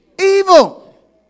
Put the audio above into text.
evil